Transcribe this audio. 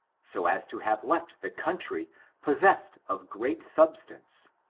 so as to have left the country possessed of great substance,